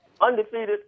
undefeated